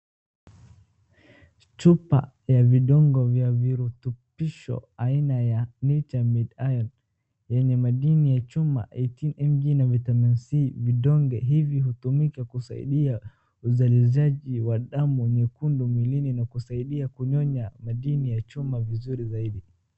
Chupa ya vidonge vya virutbisho aina ya Nature made iron yenye madini ya chuma eighteen mg na vitamin C . Vidonge hivi hutumika kusaidia uzalishaji wa damu nyekundu mwilini na kusaidia kunyonya madini ya chuma vizuri zaidi.